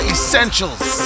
Essentials